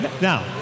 Now